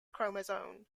chromosome